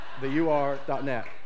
theur.net